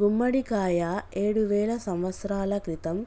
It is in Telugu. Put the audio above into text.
గుమ్మడికాయ ఏడువేల సంవత్సరాల క్రితం